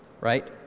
Right